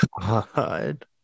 God